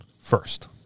first